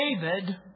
David